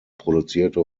produzierte